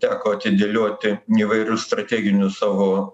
teko atidėlioti įvairius strateginius savo